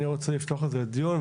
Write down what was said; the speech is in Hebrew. אני רוצה לפתוח את זה לדיון.